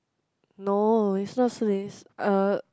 no is not Shilin uh